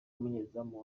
umunyezamu